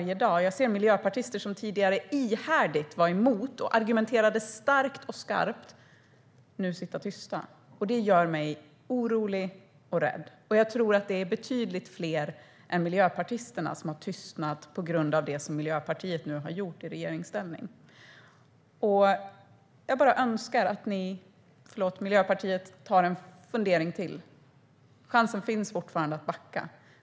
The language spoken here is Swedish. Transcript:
Jag ser miljöpartister som tidigare ihärdigt var emot och argumenterade starkt och skarpt nu sitta tysta. Det gör mig orolig och rädd. Jag tror att det är betydligt fler än miljöpartisterna som har tystnat på grund av det som Miljöpartiet nu har gjort i regeringsställning. Jag bara önskar att Miljöpartiet tar en funderare till. Chansen finns fortfarande att backa.